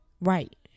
right